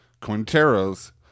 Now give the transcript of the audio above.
Quintero's